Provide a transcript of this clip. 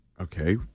Okay